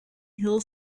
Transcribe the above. hill